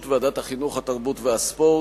האם היא מצריכה הצבעה?